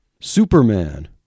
Superman